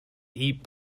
eat